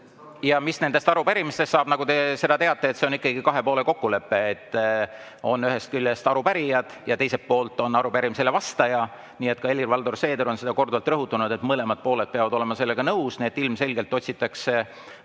Mis nendest arupärimistest saab – nagu te teate, on see ikkagi kahepoolne kokkulepe. Ühest küljest on arupärijad ja teiselt poolt on arupärimisele vastaja. Ka Helir‑Valdor Seeder on seda korduvalt rõhutanud, et mõlemad pooled peavad olema sellega nõus. Nii et ilmselgelt otsitakse võimalust